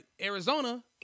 Arizona